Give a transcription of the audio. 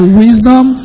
wisdom